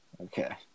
Okay